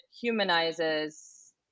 humanizes